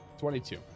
22